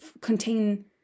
contain